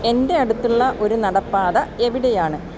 എന്റെ അടുത്തുള്ള ഒരു നടപ്പാത എവിടെയാണ്